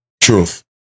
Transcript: Truth